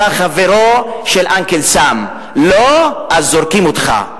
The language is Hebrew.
אתה חברו של Uncle Sam. לא, אז זורקים אותך.